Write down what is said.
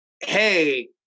hey